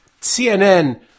CNN